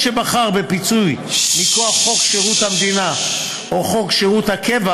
שבחר בפיצוי מכוח שירות המדינה או חוק שירות הקבע